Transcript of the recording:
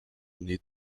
nie